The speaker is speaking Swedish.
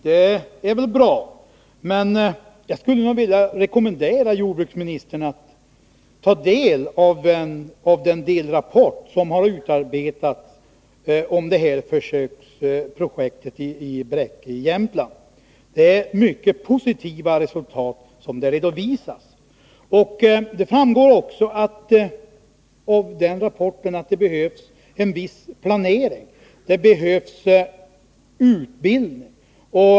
Det är väl bra, men jag skulle vilja rekommendera jordbruksministern att studera den delrapport som har utarbetats om försöksprojektet i Bräcke i Jämtland. Där redovisas mycket positiva resultat, och det framgår också att det behövs en viss planering. Det behövs utbildning.